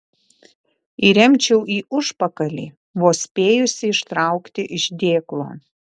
įremčiau į užpakalį vos spėjusi ištraukti iš dėklo